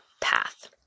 path